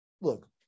look